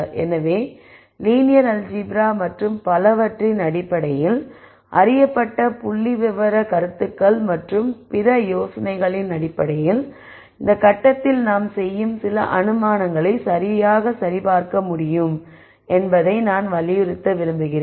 எனவே linear algebra மற்றும் பலவற்றின் அடிப்படையில் அறியப்பட்ட புள்ளிவிவரக் கருத்துக்கள் மற்றும் பிற யோசனைகளின் அடிப்படையில் இந்த கட்டத்தில் நாம் செய்யும் சில அனுமானங்களை சரியாக சரிபார்க்க முடியும் என்பதை நான் வலியுறுத்த விரும்புகிறேன்